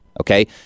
Okay